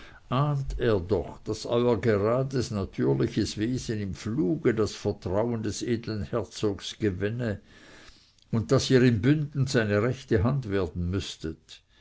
doch daß euer gerades natürliches wesen im fluge das vertrauen des edlen herzogs gewänne und daß ihr in bünden seine rechte hand werden müßtet